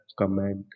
comment